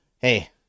Hey